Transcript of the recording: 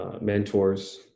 mentors